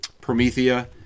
Promethea